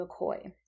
McCoy